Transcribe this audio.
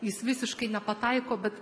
jis visiškai nepataiko bet